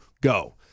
go